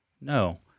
no